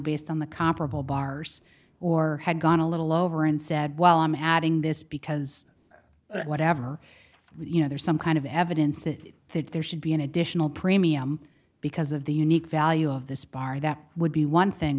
based on the comparable bars or had gone a little over and said well i'm adding this because whatever you know there's some kind of evidence is that there should be an additional premium because of the unique value of this bar that would be one thing